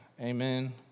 Amen